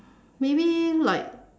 maybe like